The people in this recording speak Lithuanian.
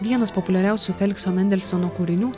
vienas populiariausių felikso mendelsono kūrinių